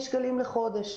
של עשרות מיליוני שקלים בחודש.